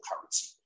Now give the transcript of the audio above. currency